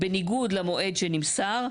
בניגוד למועד שנמסר,